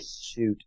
shoot